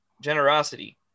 generosity